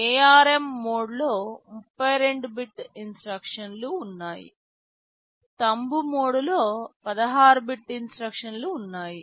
ARM మోడ్లో 32 bit ఇన్స్ట్రక్షన్లు ఉన్నాయి థంబ్ మోడ్లో 16 బిట్ ఇన్స్ట్రక్షన్లు ఉన్నాయి